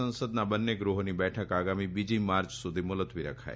સંસદના બંને ગૃહોની બેઠક આગામી બીજી માર્ય સુધી મુલત્વી રખાઇ